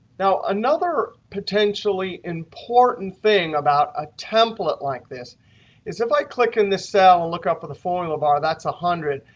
now, another potentially important thing about a template like this is if i click in this cell and look up in the formula bar, that's one hundred,